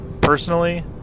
personally